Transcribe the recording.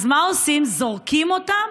אז מה עושים, זורקים אותם?